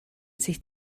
sich